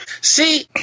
see